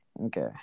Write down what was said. Okay